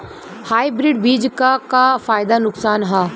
Hybrid बीज क का फायदा नुकसान ह?